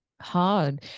hard